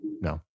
No